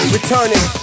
Returning